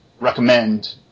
recommend